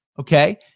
Okay